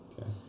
okay